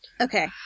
okay